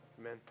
Amen